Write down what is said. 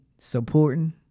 supporting